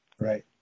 Right